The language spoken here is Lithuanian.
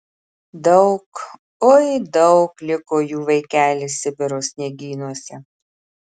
daug oi daug liko jų vaikeli sibiro sniegynuose